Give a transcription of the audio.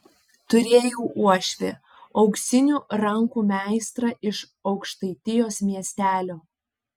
turėjau uošvį auksinių rankų meistrą iš aukštaitijos miestelio